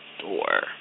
door